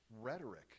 rhetoric